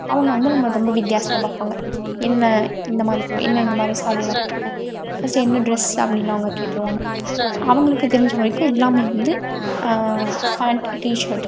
அவங்க வந்து நம்மளை ரொம்ப வித்தியாசமாக பார்ப்பாங்க என்ன இந்த மாதிரி போ என்ன இந்த மாதிரி ஸாரீயெல்லாம் போட்டுருக்க ஃபஸ்ட் என்ன டிரெஸ் அப்படின்னு அவங்க கேட்டுருவாங்க ஸோ அவங்களுக்கு தெரிஞ்ச வரைக்கும் எல்லாம் வந்து ஃபேண்ட் டிஷர்ட்